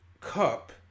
Cup